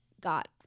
got